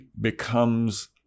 becomes